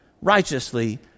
righteously